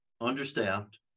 understaffed